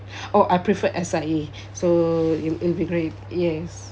oh I prefer S_I_A so you it'll be great yes